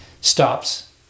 stops